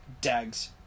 Dags